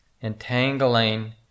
entangling